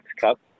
cup